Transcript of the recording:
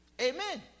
Amen